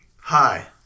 Hi